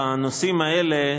בנושאים האלה,